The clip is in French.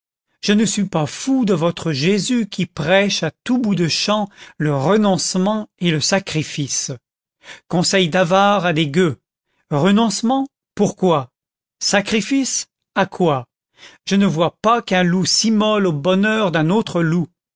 je ne suis pas fou de votre jésus qui prêche à tout bout de champ le renoncement et le sacrifice conseil d'avare à des gueux renoncement pourquoi sacrifice à quoi je ne vois pas qu'un loup s'immole au bonheur d'un autre loup